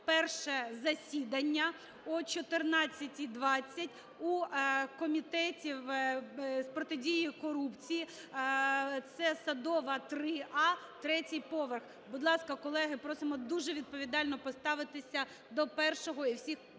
перше засідання о 14:20 у Комітеті з протидії корупції (це Садова, 3а, третій поверх). Будь ласка, колеги, просимо дуже відповідально поставитися до першого і всіх